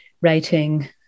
writing